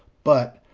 but,